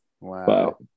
Wow